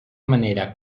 manera